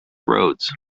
roads